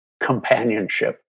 companionship